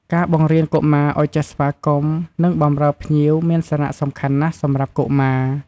ការបង្រៀនកុមារឲ្យចេះស្វាគមន៍ និងបម្រើភ្ញៀវមានសារៈសំខាន់ណាស់សម្រាប់កុមារ។